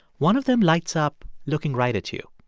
one of them lights up looking right at you.